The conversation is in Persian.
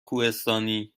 کوهستانی